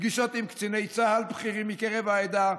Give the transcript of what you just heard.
פגישות עם קציני צה"ל בכירים מקרב העדה,